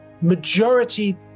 majority